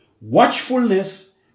watchfulness